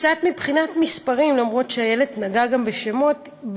קצת מבחינת מספרים, אפילו שאיילת נגעה גם בשמות.